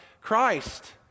Christ